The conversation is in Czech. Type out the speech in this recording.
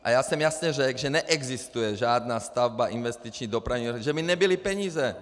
A já jsem jasně řekl, že neexistuje žádná stavba, investiční, dopravní, že by nebyly peníze.